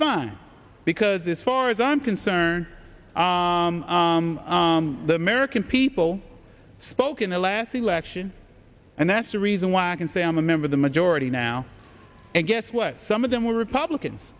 fine because this far as i'm concerned the american people spoke in the last election and that's the reason why i can say i'm a member of the majority now and guess what some of them were republicans